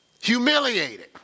Humiliated